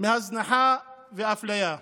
סבלה מהזנחה ואפליה.